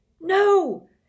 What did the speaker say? No